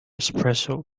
espresso